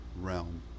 realm